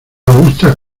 robustas